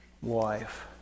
wife